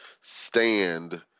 stand